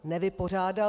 Nevypořádaly.